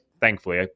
thankfully